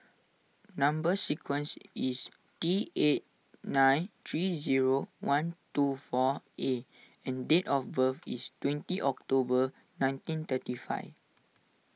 Number Sequence is T eight nine three zero one two four A and date of birth is twenty October nineteen thirty five